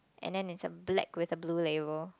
and then is a black with the blue level